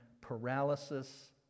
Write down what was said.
paralysis